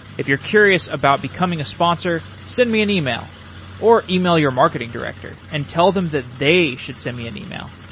if you're curious about becoming a sponsor, send me an email or email your marketing director and tell them that they should send me an email.